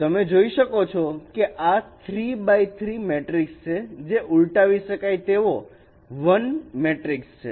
તમે જોઈ શકો છો કે આ 3x3 મેટ્રિક્સ છે જે ઉલટાવી શકાય તેવો 1 મેટ્રિક્સ છે